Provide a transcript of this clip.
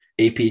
AP